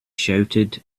shouted